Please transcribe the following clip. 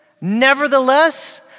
Nevertheless